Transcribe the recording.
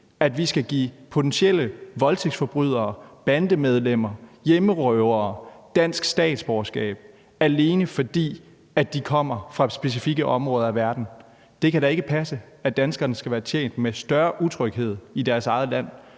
at vi skal give potentielle voldtægtsforbrydere, bandemedlemmer og hjemmerøvere dansk statsborgerskab, alene fordi de kommer fra specifikke områder af verden? Det kan da ikke passe, at danskerne skal være tjent med større utryghed i deres eget land,